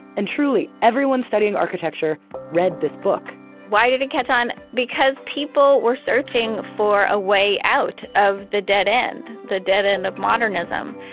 and truly everyone studying architecture read this book why did it catch on? because people were searching for a way out of the dead end. the dead end of modernism.